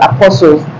Apostles